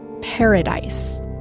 paradise